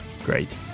Great